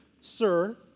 Sir